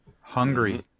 hungry